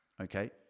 okay